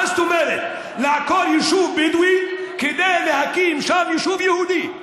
מה זאת אומרת לעקור יישוב בדואי כדי להקים שם יישוב יהודי?